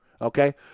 Okay